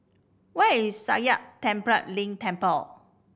where is Sakya Tenphel Ling Temple